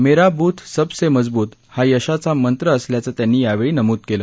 मेरा बुथ सबसे मजबूत हा यशाचा मंत्र असल्याचं त्यांनी यावेळी नमूद केलं